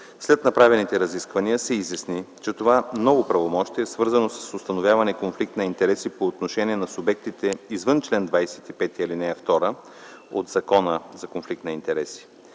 След направените разисквания се изясни, че това ново правомощие е свързано с установяване конфликт на интереси по отношение на субектите извън чл. 25, ал. 2 от Закона за конфликт на интереси.